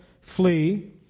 flee